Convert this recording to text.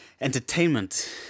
entertainment